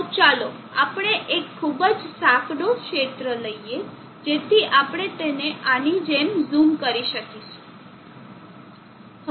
તો ચાલો આપણે એક ખૂબ જ સાંકડો ક્ષેત્ર લઈએ જેથી આપણે તેને આની જેમ ઝૂમ કરી શકીશું